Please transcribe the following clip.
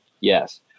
yes